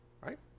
Right